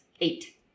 Eight